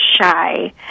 shy